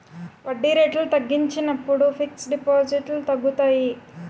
వడ్డీ రేట్లు తగ్గించినప్పుడు ఫిక్స్ డిపాజిట్లు తగ్గుతాయి